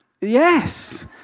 Yes